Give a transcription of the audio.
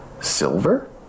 silver